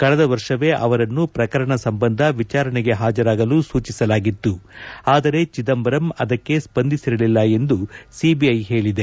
ಕಳೆದ ವರ್ಷವೇ ಅವರನ್ನು ಪ್ರಕರಣ ಸಂಬಂಧ ವಿಚಾರಣೆಗೆ ಹಾಜರಾಗಲು ಸೂಚಿಸಲಾಗಿತ್ತು ಆದರೆ ಚಿದಂಬರಂ ಅದಕ್ಕೆ ಸ್ಪಂದಿಸಿರಲಿಲ್ಲ ಎಂದು ಸಿಬಿಐ ಹೇಳಿದೆ